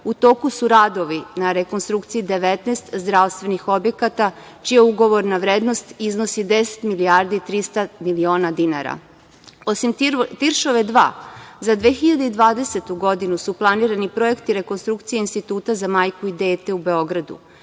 U toku su radovi na rekonstrukciji 19 zdravstvenih objekata, čija ugovorna vrednost iznosi 10 milijardi i 300 miliona dinara. Osim Tiršove 2, za 2020. godinu su planirani projekti rekonstrukcije Instituta za majku i dete u Beogradu,